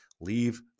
Leave